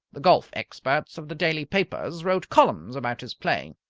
the golf experts of the daily papers wrote columns about his play.